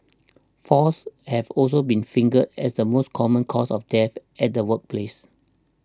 falls have also been fingered as the most common cause of deaths at the workplace